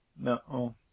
No